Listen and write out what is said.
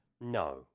No